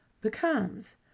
Becomes